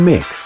Mix